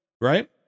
right